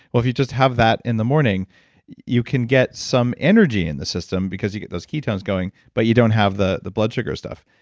well, if you just have that in the morning you can get some energy in the system, because you get those ketones going, but you don't have the the blood sugar stuff.